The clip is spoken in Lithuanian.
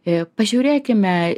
i pažiūrėkime